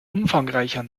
umfangreicher